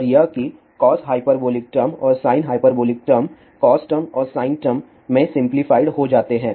और यह कि कॉस हाइपरबोलिक टर्म और sine hyperbolic term cos term और साइन टर्म में सिम्पलीफाइड हो जाते हैं